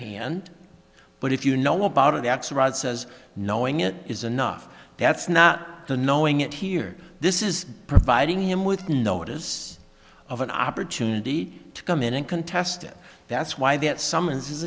hand but if you know about it axelrod says knowing it is enough that's not the knowing it here this is providing him with notice of an opportunity to come in and contest it that's why that summons